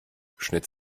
schnitt